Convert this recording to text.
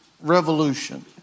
Revolution